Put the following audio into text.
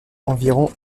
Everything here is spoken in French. environ